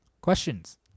questions